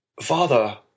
Father